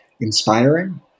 inspiring